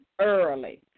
early